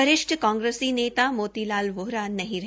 वरिष्ठ कांग्रेस नेता मोती लाल वोरा नहीं रहे